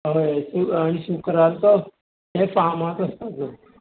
हय आनी शुक्रारचो तें फामाद आसता थंय